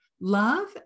love